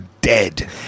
dead